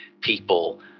people